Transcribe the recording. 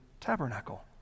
tabernacle